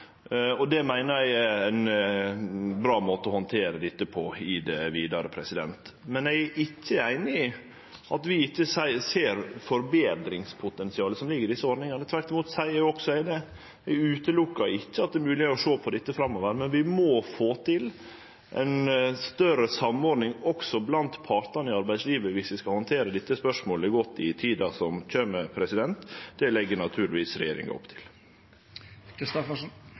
Det meiner eg er ein bra måte å handtere dette på i det vidare. Men eg er ikkje einig i at vi ikkje ser forbetringspotensialet som ligg i desse ordningane. Tvert imot seier eg også at eg ikkje utelukkar at det er mogleg å sjå på det framover, men vi må få til ei større samordning mellom partane i arbeidslivet dersom vi skal handtere dette spørsmålet godt i tida som kjem. Det legg naturlegvis regjeringa opp